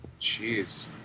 Jeez